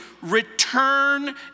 return